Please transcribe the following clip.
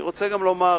אני רוצה גם לומר